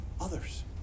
others